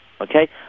okay